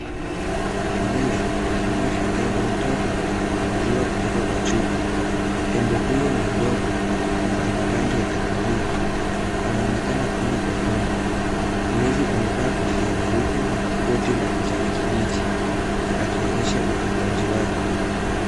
Mlezi akimnywesha tembo mtoto maziwa kutoka kwa chupa. Tembo huyu ni mdogo na ana rangi ya kahawia. Anaonekana kunywa kwa hamu. Mlezi amevaa kofia nyeupe na koti la kijani kibichi, akionyesha utunzaji wake.